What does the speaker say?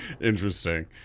Interesting